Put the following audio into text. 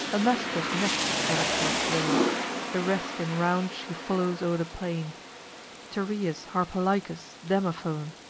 amastrus next is added to the slain the rest in rout she follows o'er the plain tereus, harpalycus, demophoon,